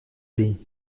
pays